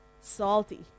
Salty